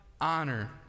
honor